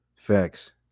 Facts